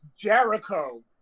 Jericho